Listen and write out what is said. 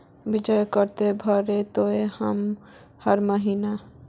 बियाज केते भरे होते हर महीना?